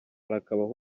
harakabaho